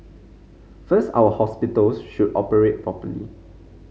first our hospitals should operate properly